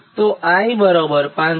તો I 551